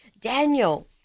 Daniel